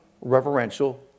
reverential